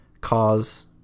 cause